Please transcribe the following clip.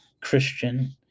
Christian